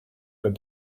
code